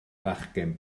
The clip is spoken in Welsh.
fachgen